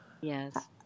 Yes